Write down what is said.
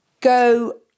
go